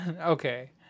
Okay